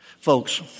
Folks